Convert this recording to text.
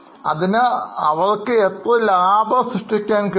അതിനാൽ അവർക്ക് എത്ര ലാഭം സൃഷ്ടിക്കാൻ കഴിയും